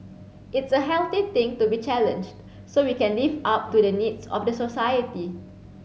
it's a healthy thing to be challenged so we can live up to the needs of the society